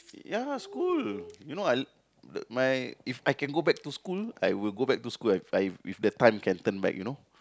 ya school you know I l~ my if I can go back to school I would go back to school I I if the time can turn back you know